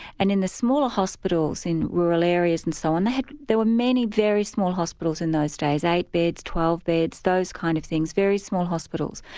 and in the smaller hospitals in rural areas and so on, there were many very small hospitals in those days, eight beds, twelve beds, those kind of things, very small hospitals.